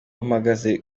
mpagaze